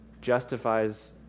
justifies